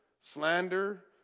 slander